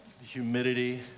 humidity